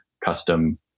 custom